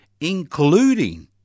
including